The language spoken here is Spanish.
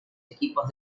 equipos